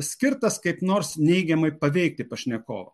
skirtas kaip nors neigiamai paveikti pašnekovą